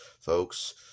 folks